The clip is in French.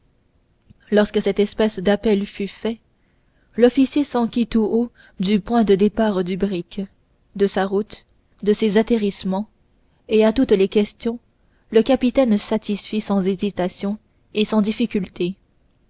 lorsque cette espèce d'appel fut fait l'officier s'enquit tout haut du point de départ du brik de sa route de ses atterrissements et à toutes les questions le capitaine satisfit sans hésitation et sans difficulté